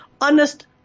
honest